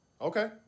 Okay